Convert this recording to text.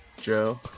Joe